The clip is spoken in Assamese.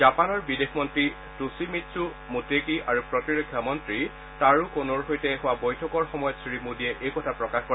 জাপানৰ বিদেশ মন্ত্ৰী টোখিমিট্ছু মোটেগী আৰু প্ৰতিৰক্ষা মন্ত্ৰী টাৰো ক'ন'ৰ সৈতে হোৱা বৈঠকৰ সময়ত শ্ৰী মোদীয়ে এই কথা প্ৰকাশ কৰে